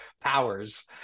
powers